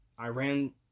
Iran